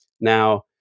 Now